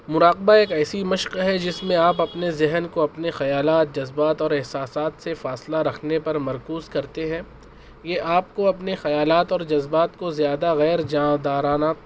مراقبہ ایک ایسی مشق ہے جس میں آپ اپنے ذہن کو اپنے خیالات جذبات اور احساسات سے فاصلہ رکھنے پر مرکوز کرتے ہیں یہ آپ کو اپنے خیالات اور جذبات کو زیادہ غیر جانبدارانہ